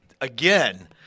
again